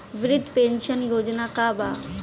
वृद्ध पेंशन योजना का बा?